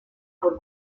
por